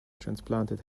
transplanted